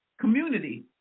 Community